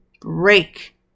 break